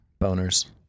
boners